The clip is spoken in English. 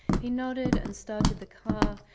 he nodded and started the car.